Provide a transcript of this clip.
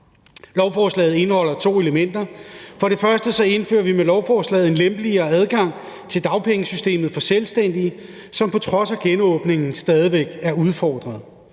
Lovforslaget indeholder to elementer. For det første indfører vi med lovforslaget en lempeligere adgang til dagpengesystemet for selvstændige, som på trods af genåbningen stadig væk er udfordret.